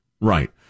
right